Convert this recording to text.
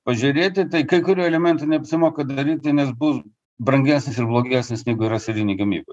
pažiūrėti tai kai kurių elementų neapsimoka daryti nes bus brangesnis ir blogesnis negu yra serijinėj gamyboj